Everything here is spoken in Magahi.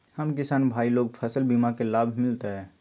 हम किसान भाई लोग फसल बीमा के लाभ मिलतई?